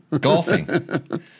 golfing